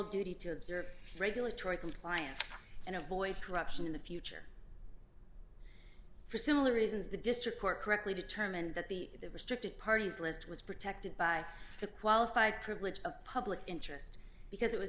duty to observe regulatory compliance and avoid corruption in the future for similar reasons the district court correctly determined that the restricted parties list was protected by the qualified privilege of public interest because it was